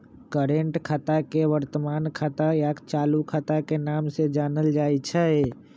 current खाता के वर्तमान खाता या चालू खाता के नाम से जानल जाई छई